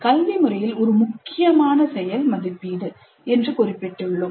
கல்வி முறையில் ஒரு முக்கியமான செயலாகும் என்று குறிப்பிட்டுள்ளோம்